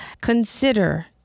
consider